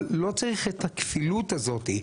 אבל לא צריך את הכפילות הזאת.